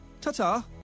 ta-ta